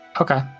Okay